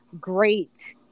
great